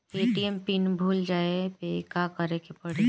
ATM pin भूल जाए पे का करे के पड़ी?